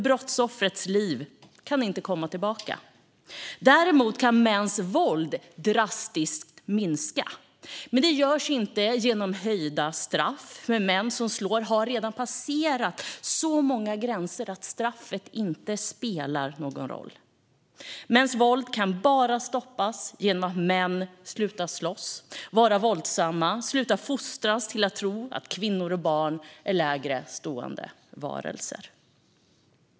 Brottsoffret får inte livet tillbaka. Däremot kan mäns våld drastiskt minska. Det görs dock inte genom höjda straff, för män som slår har redan passerat så många gränser att straffet inte spelar någon roll. Mäns våld kan bara stoppas genom att män slutar att slåss och vara våldsamma och slutar att fostras till att tro att kvinnor och barn är lägre stående varelser.